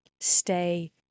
stay